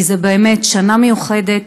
כי זו באמת שנה מיוחדת,